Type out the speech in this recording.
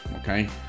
okay